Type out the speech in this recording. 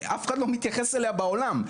אף אחד לא מתייחס אליה בעולם.